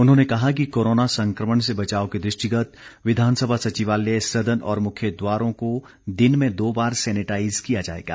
उन्होंने कहा कि कोरोना संक्रमण से बचाव के दृष्टिगत विधानसभा सचिवालय सदन और मुख्य द्वारों को दिन में दो बार सैनिटाईज किया जाएगा